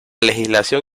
legislación